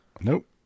Nope